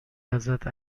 ازت